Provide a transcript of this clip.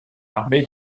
armé